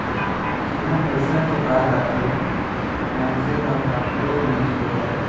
जिहाँ पइसा के बात आथे मनसे ह कखरो नइ होवय